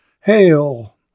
Hail